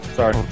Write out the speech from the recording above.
Sorry